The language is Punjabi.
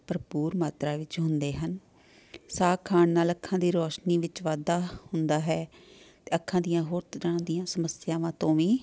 ਭਰਪੂਰ ਮਾਤਰਾ ਵਿੱਚ ਹੁੰਦੇ ਹਨ ਸਾਗ ਖਾਣ ਨਾਲ ਅੱਖਾਂ ਦੀ ਰੌਸ਼ਨੀ ਵਿੱਚ ਵਾਧਾ ਹੁੰਦਾ ਹੈ ਅਤੇ ਅੱਖਾਂ ਦੀਆਂ ਹੋਰ ਤਰ੍ਹਾਂ ਦੀਆਂ ਸਮੱਸਿਆਵਾਂ ਤੋਂ ਵੀ